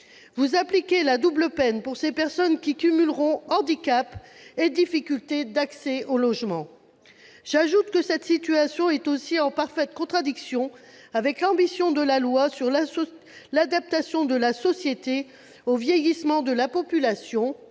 Vous appliquez la double peine pour ces personnes qui cumuleront handicap et difficultés d'accès au logement. J'ajoute que cette situation est aussi en parfaite contradiction avec les ambitions de la loi sur l'adaptation de la société au vieillissement, qui